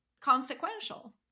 consequential